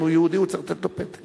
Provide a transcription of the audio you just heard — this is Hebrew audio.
אם הוא יהודי הוא צריך לתת לו פתק.